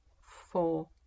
Four